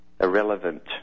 irrelevant